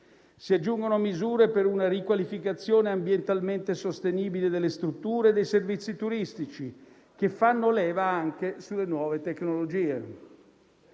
Si aggiungono misure per una riqualificazione ambientalmente sostenibile delle strutture e dei servizi turistici, che fanno leva anche sulle nuove tecnologie.